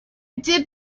did